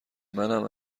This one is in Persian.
منم